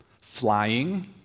Flying